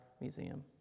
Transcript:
Museum